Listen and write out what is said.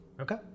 okay